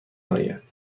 آید